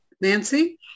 nancy